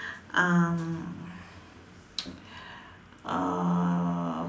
um uh